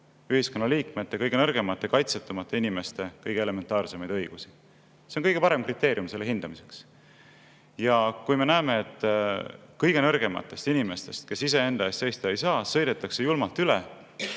ühiskonnaliikmete, kõige nõrgemate ja kaitsetumate inimeste kõige elementaarsemaid õigusi. See on kõige parem kriteerium selle hindamiseks. Ja kui me näeme, et kõige nõrgematest inimestest, kes iseenda eest seista ei saa, sõidetakse julmalt üle,